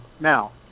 Now